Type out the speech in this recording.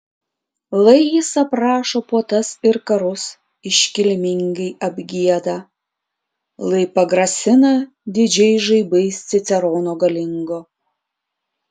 lai jis aprašo puotas ir karus iškilmingai apgieda lai pagrasina didžiais žaibais cicerono galingo